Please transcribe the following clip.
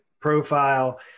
profile